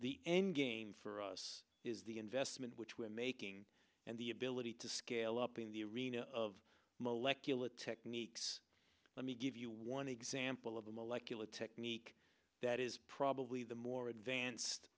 the endgame for us is the investment which we're making and the ability to scale up in the arena of molecular techniques let me give you one example of a molecular technique that is probably the more advanced